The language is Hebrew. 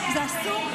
זה אסור?